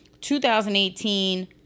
2018